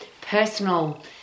personal